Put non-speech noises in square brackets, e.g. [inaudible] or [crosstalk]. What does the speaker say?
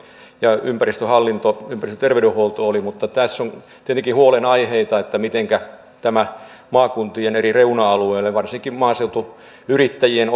ympäristöhallinto ympäristöterveydenhuolto mutta tässä on tietenkin huolenaiheita mitenkä maakuntien eri reuna alueiden ja varsinkin maaseutuyrittäjien [unintelligible]